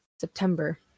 September